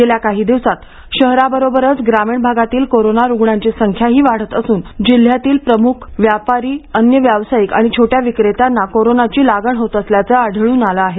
गेल्या काही दिवसांत शहराबरोबरच ग्रामीण भागातील कोरोना रुग्णांची संख्याही वाढत असून जिल्ह्यातील प्रामुख्यानं व्यापारी अन्य व्यावसायिक आणि छोट्या विक्रेत्यांना कोरोनाची लागण होत असल्याचं आढळून आलं आहे